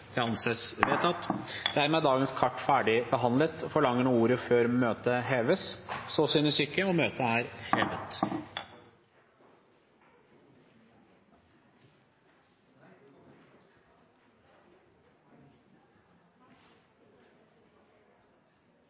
Det anses vedtatt. Dermed er dagens kart ferdigbehandlet. Forlanger noen ordet før møtet heves? – Så synes ikke, og møtet er hevet.